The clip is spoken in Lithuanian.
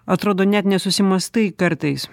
atrodo net nesusimąstai kartais